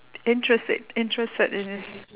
interested interested in his